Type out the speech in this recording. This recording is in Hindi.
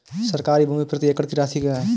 सरकारी भूमि प्रति एकड़ की राशि क्या है?